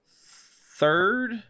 third